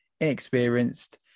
inexperienced